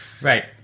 Right